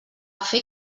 fer